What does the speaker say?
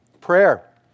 prayer